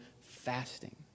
fasting